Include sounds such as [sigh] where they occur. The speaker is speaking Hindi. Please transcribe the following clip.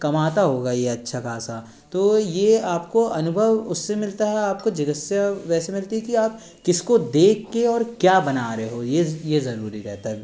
कमाता होगा ये अच्छा खासा तो ये आपको अनुभव उससे मिलता है आपको [unintelligible] वैसे मिलती है कि आप किसको देख के और क्या बना रहे हो ये ये ज़रूरी रहता है